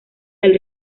del